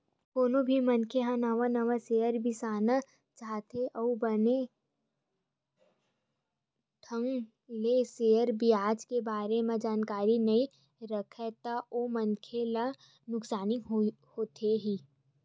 कोनो भी मनखे ह नवा नवा सेयर बिसाना चाहथे अउ बने ढंग ले सेयर बजार के बारे म जानकारी नइ राखय ता ओ मनखे ला नुकसानी होथे ही